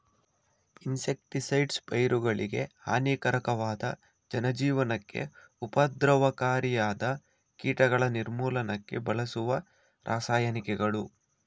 insecticides ಪೈರುಗಳಿಗೆ ಹಾನಿಕಾರಕವಾದ ಜನಜೀವನಕ್ಕೆ ಉಪದ್ರವಕಾರಿಯಾದ ಕೀಟಗಳ ನಿರ್ಮೂಲನಕ್ಕೆ ಬಳಸುವ ರಾಸಾಯನಿಕಗಳು